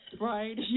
right